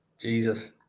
jesus